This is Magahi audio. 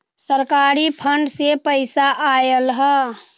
सरकारी फंड से पईसा आयल ह?